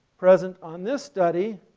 present on this study